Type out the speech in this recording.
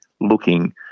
looking